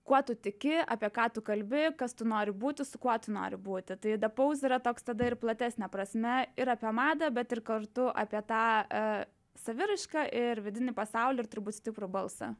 kuo tu tiki apie ką tu kalbi kas tu nori būti su kuo tu nori būti tai de paus yra toks tada ir platesne prasme ir apie madą bet ir kartu apie tą saviraišką ir vidinį pasaulį ir turbūt stiprų balsą